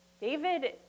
David